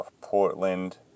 Portland